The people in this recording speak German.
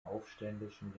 aufständischen